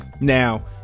now